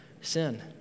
sin